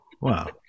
wow